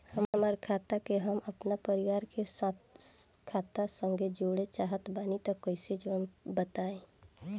हमार खाता के हम अपना परिवार के खाता संगे जोड़े चाहत बानी त कईसे जोड़ पाएम?